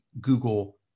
Google